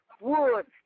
wood